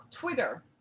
Twitter